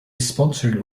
sponsoring